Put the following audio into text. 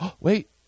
Wait